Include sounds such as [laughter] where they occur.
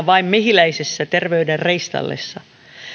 [unintelligible] vain mehiläisessä terveyden reistaillessa